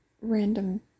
random